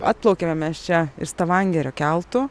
atplaukėme mes čia iš stavangerio keltu